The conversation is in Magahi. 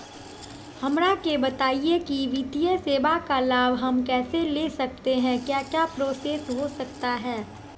हमरा के बताइए की वित्तीय सेवा का लाभ हम कैसे ले सकते हैं क्या क्या प्रोसेस हो सकता है?